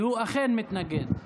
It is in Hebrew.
והוא אכן מתנגד.